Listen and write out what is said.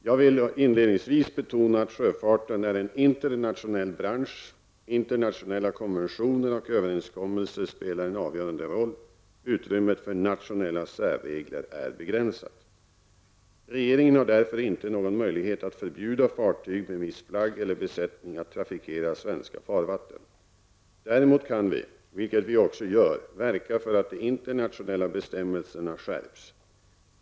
Jag vill inledningsvis betona att sjöfarten är en internationell bransch. Internationella konventioner och överenskommelser spelar en avgörande roll. Utrymmet för nationella särregler är begränsat. Regeringen har därför inte någon möjlighet att förbjuda fartyg med viss flagg eller besättning att trafikera svenska farvatten. Däremot kan vi — vilket vi också gör — verka för att de internationella bestämmelserna skärps.